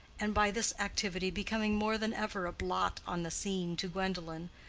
and by this activity becoming more than ever a blot on the scene to gwendolen,